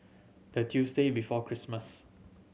the Tuesday before Christmas